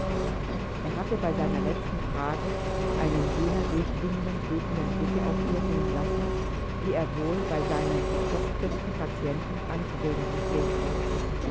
er hatte bei seiner letzten frage einen jener durchdringenden prüfenden blicke auf ihr ruhen lassen wie er sie wohl bei seinen verstocktesten patienten anzuwenden pflegte